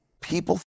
people